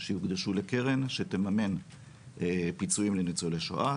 שיוקדשו לקרן שתממן פיצויים לניצולי שואה,